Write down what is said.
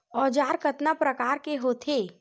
औजार कतना प्रकार के होथे?